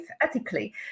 ethically